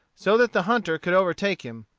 so that the hunter could overtake him,